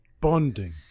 bonding